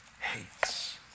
hates